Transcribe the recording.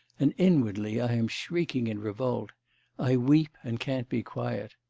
and inwardly i am shrieking in revolt i weep and can't be quiet.